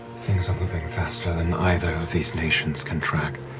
things are moving faster than either of these nations can track.